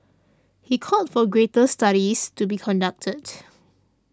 he called for greater studies to be conducted